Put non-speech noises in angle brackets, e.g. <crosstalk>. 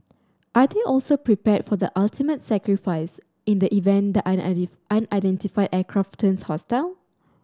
are they also prepared for the ultimate sacrifices in the event the <unintelligible> unidentified aircraft turns hostile